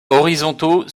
horizontaux